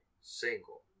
single